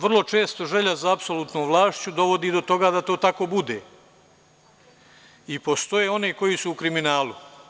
Vrlo često želja za apsolutnom vlašću dovodi do toga da to tako bude i postoje oni koji su u kriminalu.